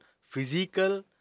physical